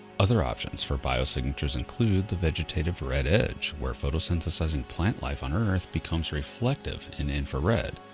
other options for biosignatures include the vegetative red edge, where photosynthesizing plant life on earth becomes reflective in infrared,